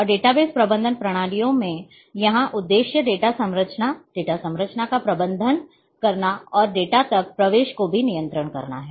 और डेटाबेस प्रबंधन प्रणालियों में यहां उद्देश्य डेटा संरचना डेटाबेस संरचना का प्रबंधन करना है और डेटा तक प्रवेश को भी नियंत्रित करना है